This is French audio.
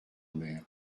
amère